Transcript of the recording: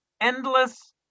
Endless